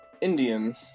Indian